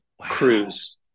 cruise